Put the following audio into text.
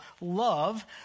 love